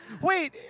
Wait